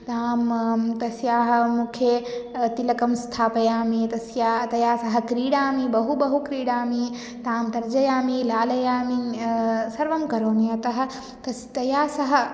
तां तस्याः मुखे तिलकं स्थापयामि तस्याः तया सह क्रीडामि बहु बहु क्रीडामि तां तर्जयामि लालयामि सर्वं करोमि अतः तस् तया सह